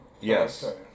yes